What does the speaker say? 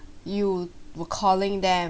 you were calling them